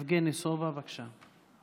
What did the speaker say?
יבגני סובה, בבקשה,